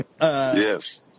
Yes